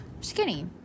skinny